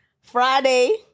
Friday